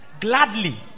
gladly